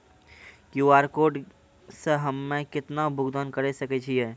QR code से हम्मय केतना भुगतान करे सके छियै?